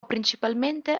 principalmente